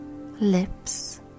lips